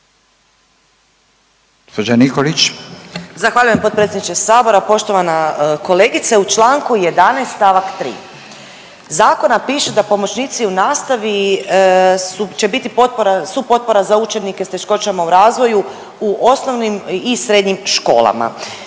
Zahvaljujem potpredsjedniče Sabora, poštovana kolegice. U članku 11. stavak 3. zakona piše da pomoćnici u nastavi će biti supotpora za učenike sa teškoćama u razvoju u osnovnim i srednjim školama.